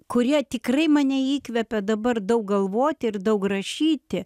kurie tikrai mane įkvepia dabar daug galvoti ir daug rašyti